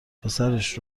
پسرش